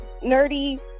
nerdy